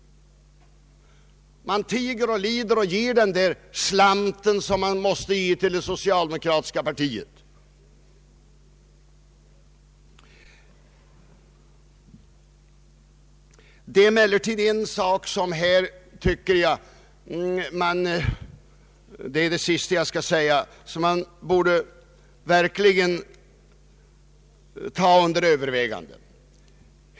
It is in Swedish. Vederbörande tiger och lider och ger den slant han måste ge till det socialdemokratiska partiet. Till sist vill jag anföra att det är en fråga som verkligen borde tas under övervägande.